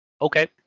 okay